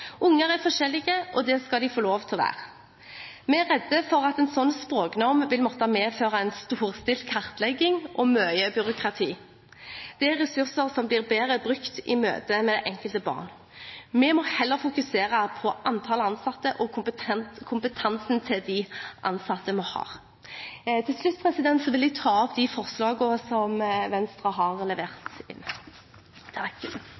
Unger er forskjellige, og det skal de få lov til å være. Vi er redd for at en slik språknorm vil måtte medføre en storstilt kartlegging og mye byråkrati. Det er ressurser som blir bedre brukt i møte med enkelte barn. Vi må heller fokusere på antallet ansatte og kompetansen til de ansatte vi har. Til slutt vil jeg ta opp de forslagene som Venstre har levert inn. Representanten Iselin Nybø har tatt opp de forslag hun refererte til.